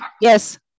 Yes